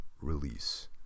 release